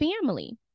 family